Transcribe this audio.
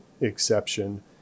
exception